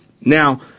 Now